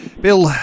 Bill